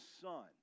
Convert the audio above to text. son